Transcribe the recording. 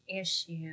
issue